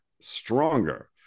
stronger